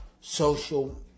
social